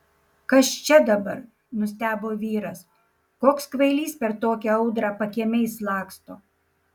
kas čia dabar nustebo vyras koks kvailys per tokią audrą pakiemiais laksto